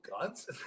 guns